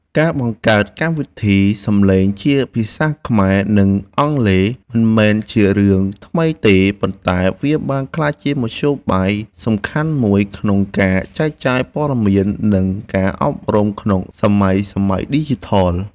ការបង្កើតកម្មវិធីសំឡេងជាភាសាខ្មែរ និងអង់គ្លេសមិនមែនជារឿងថ្មីទេ ប៉ុន្តែវាបានក្លាយជាមធ្យោបាយសំខាន់មួយក្នុងការចែកចាយព័ត៌មាន និងការអប់រំក្នុងសម័យឌីជីថល។